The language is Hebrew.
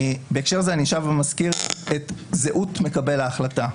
בהקשר הזה אני שב ומזכיר את זהות מקבל ההחלטה.